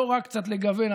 לא רע קצת לגוון.